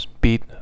beat